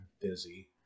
busy